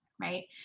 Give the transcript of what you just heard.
right